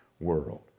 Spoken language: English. world